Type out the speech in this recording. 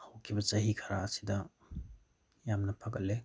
ꯍꯧꯈꯤꯕ ꯆꯍꯤ ꯈꯔ ꯑꯁꯤꯗ ꯌꯥꯝꯅ ꯐꯒꯠꯂꯦ